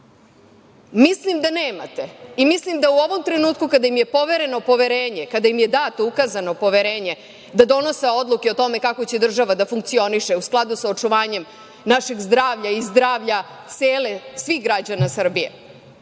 Mislim da nemate i mislim da u ovom trenutku, kada im je povereno poverenje, kada im je dato, ukazano poverenje da donose odluke o tome kako će država da funkcioniše u skladu sa očuvanjem našeg zdravlja i zdravlja svih građana Srbije